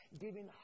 giving